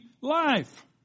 life